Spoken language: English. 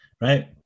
Right